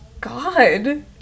God